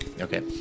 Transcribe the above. okay